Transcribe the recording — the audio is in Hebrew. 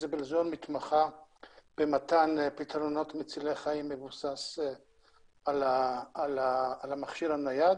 Viziblezone מתמחה במתן פתרונות מצילי חיים מבוסס על המכשיר הנייד.